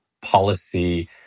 policy